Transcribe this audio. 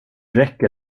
räcker